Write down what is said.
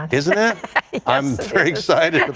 isn't i'm very excited